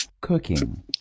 cooking